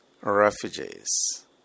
refugees